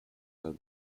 las